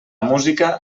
música